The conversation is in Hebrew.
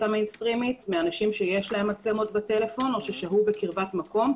המיינסטרימית מאנשים שיש להם מצלמות בטלפון או שהו בקרבת מקום.